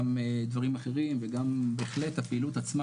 גם דברים אחרים וגם בהחלט הפעילות עצמה